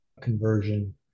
conversion